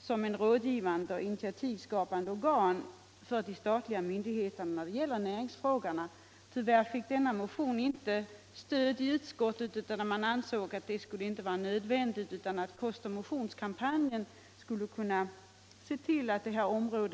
som ett rådgivande och initiativskapande organ för de statliga myndigheterna när det gäller näringsfrågorna. Tyvärr fick denna motion inte stöd i utskottet. Man ansåg inte att ett sådant organ var nödvändigt utan menade att kostoch motionskampanjen skulle kunna bevaka detta område.